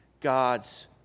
God's